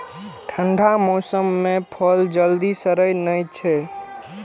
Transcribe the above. ठंढा मौसम मे फल जल्दी सड़ै नै छै